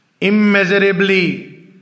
immeasurably